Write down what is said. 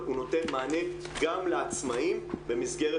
אבל הוא נותן מענה גם לעצמאיים במסגרת